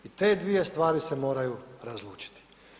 I te dvije stvari se moraju razlučiti.